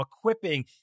equipping